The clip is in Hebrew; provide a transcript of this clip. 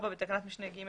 בתקנת משנה (ג),